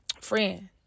Friend